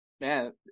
Man